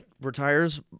retires